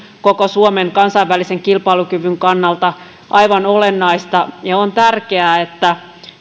koko suomen kansainvälisen kilpailukyvyn kannalta aivan olennaista on tärkeää että